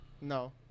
no